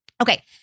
okay